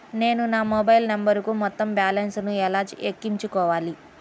నేను నా మొబైల్ నంబరుకు మొత్తం బాలన్స్ ను ఎలా ఎక్కించుకోవాలి?